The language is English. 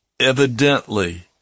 Evidently